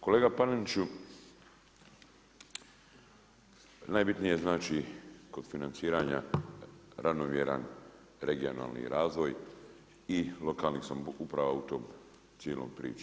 Kolega Paneniću najbitnije je znači kod financiranja ravnomjeran regionalni razvoj i lokalnih samouprava u toj cijeloj priči.